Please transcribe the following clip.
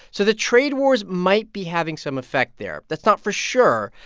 so the trade wars might be having some effect there. that's not for sure,